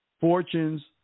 fortunes